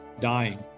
dying